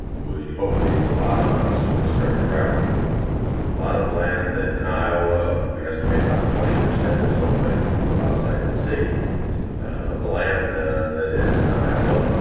we hopefully will bottom out soon and start to rally. a lot of land ah in iowa we estimate about twenty percent is owned by people who live outside the state. of the land that is in iowa,